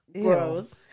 Gross